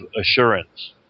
assurance